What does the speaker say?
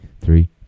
Three